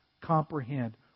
comprehend